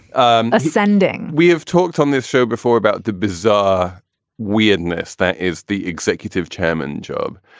um ascending. we have talked on this show before about the bizarre weirdness that is the executive chairman job.